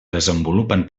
desenvolupen